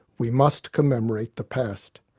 we must commemorate the past.